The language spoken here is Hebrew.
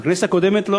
בכנסת הקודמת לא.